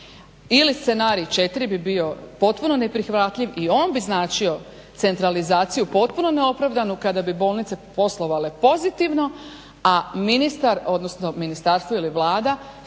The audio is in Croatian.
Ili scenarij četiri bi bio potpuno neprihvatljiv i on bi značio centralizaciju potpuno neopravdanu kada bi bolnice poslovale pozitivno, a ministar, odnosno ministarstvo ili Vlada